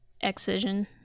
excision